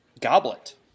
goblet